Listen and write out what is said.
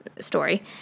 story